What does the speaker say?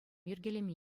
йӗркелеме